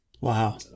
Wow